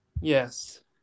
Yes